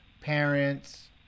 parents